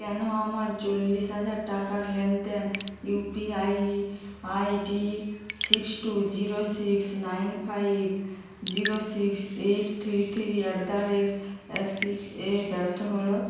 কেন আমার চল্লিশ হাজার টাকার লেনদেন U P I I D six two zero six nine five zero six eight three three at the rate Axis এ ব্যর্থ হলো